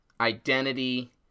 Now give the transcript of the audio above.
identity